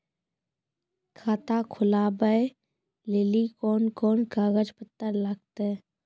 खाता खोलबाबय लेली कोंन कोंन कागज पत्तर लगतै?